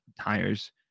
tires